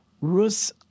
Rus